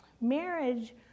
Marriage